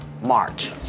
March